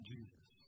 Jesus